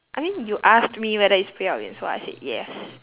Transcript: I mean you asked me whether it's 不要脸 so I said yes